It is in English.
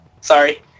sorry